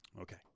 Okay